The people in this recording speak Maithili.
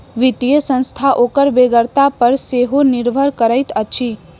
वित्तीय संस्था ओकर बेगरता पर सेहो निर्भर करैत अछि